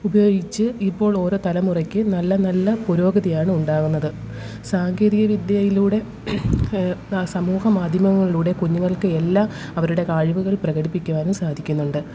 ഉപയോഗിച്ച് ഇപ്പോൾ ഓരോ തലമുറയ്ക്ക് നല്ല നല്ല പുരോഗതിയാണ് ഉണ്ടാകുന്നത് സാങ്കേതികവിദ്യയിലൂടെ സമൂഹമാധ്യമങ്ങളിലൂടെ കുഞ്ഞുങ്ങൾക്ക് എല്ലാ അവരുടെ കഴിവുകള് പ്രകടിപ്പിക്കുവാനും സാധിക്കുന്നുണ്ട്